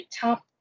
top